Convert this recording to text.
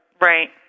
Right